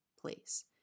place